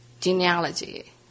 genealogy